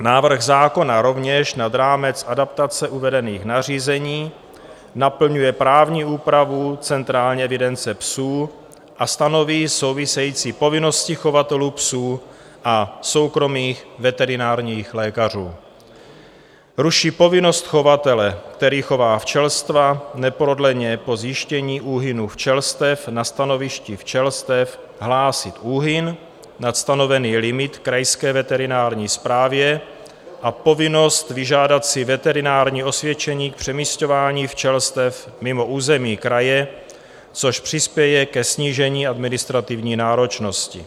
Návrh zákona rovněž nad rámec adaptace uvedených nařízení naplňuje právní úpravu Centrální evidence psů a stanoví související povinnosti chovatelů psů a soukromých veterinárních lékařů, ruší povinnost chovatele, který chová včelstva, neprodleně po zjištění úhynu včelstev na stanovišti včelstev hlásit úhyn nad stanovený limit Krajské veterinární správě, a povinnost vyžádat si veterinární osvědčení k přemisťování včelstev mimo území kraje, což přispěje ke snížení administrativní náročnosti.